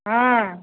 हँ